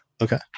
Okay